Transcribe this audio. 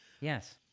Yes